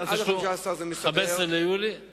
אם עד 15 ביולי זה מסתדר,